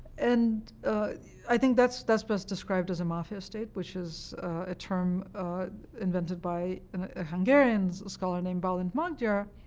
and i think that's that's best described as a mafia state, which is a term invented by a hungarian scholar named balint magyar,